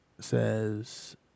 says